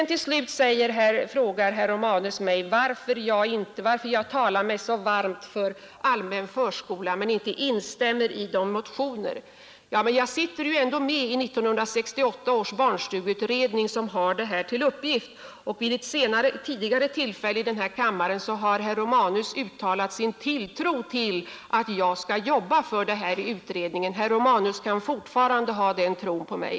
Till slut frågar herr Romanus varför jag talar så varmt för allmän förskola men inte instämmer i motionerna från fp och c. Men jag sitter ju med i 1968 års barnstugeutredning som skall utreda detta. Vid ett tidigare tillfälle här i kammaren har herr Romanus uttalat sin tilltro till att jag skall jobba för det här i utredningen. Herr Romanus kan fortfarande lita på mig.